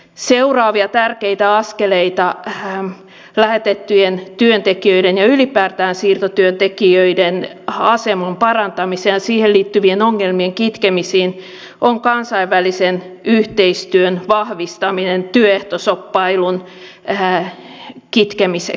seuraavia tärkeitä askeleita lähetettyjen työntekijöiden ja ylipäätään siirtotyöntekijöiden aseman parantamiseen ja siihen liittyvien ongelmien kitkemiseen on kansainvälisen yhteistyön vahvistaminen työehtoshoppailun kitkemiseksi